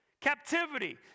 captivity